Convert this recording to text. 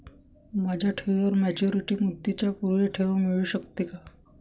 माझ्या ठेवीवर मॅच्युरिटी मुदतीच्या पूर्वी ठेव मिळू शकते का?